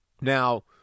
Now